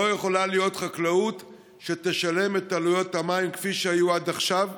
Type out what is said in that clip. לא יכולה להיות חקלאות שתשלם את עלויות המים כפי שהיו עד עכשיו.